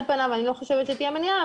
על פניו אני לא חושבת שתהיה מניעה,